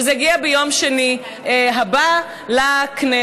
זה יגיע ביום שני הבא לכנסת.